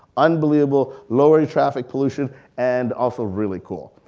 unbelievable, lowering traffic pollution, and also really cool.